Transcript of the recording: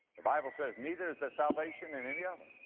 the bible says, neither is there salvation in any other.